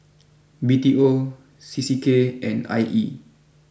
B T O C C K and I E